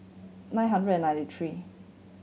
nine hundred and ninety three